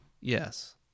Yes